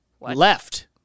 left